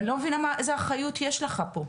ואני לא מבינה איזו אחריות יש לך פה.